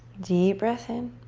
deep breath in.